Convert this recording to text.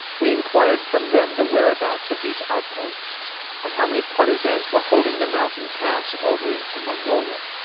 we inquired from them the whereabouts of these outposts and how many partisans were holding the mountain pass over into mongolia.